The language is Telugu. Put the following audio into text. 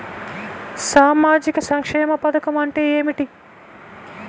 సామాజిక సంక్షేమ పథకం అంటే ఏమిటి?